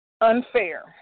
unfair